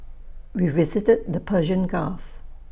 we visited the Persian gulf